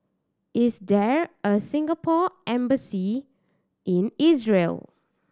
is there a Singapore Embassy in Israel